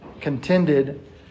contended